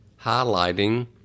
highlighting